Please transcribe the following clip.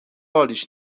حالیش